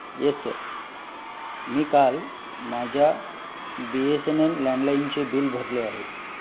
yes sir मी काल माझ्या बी एस एन एल लँडलाईनचे बिल आहे